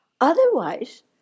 Otherwise